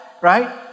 right